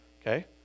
Okay